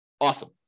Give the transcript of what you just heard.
awesome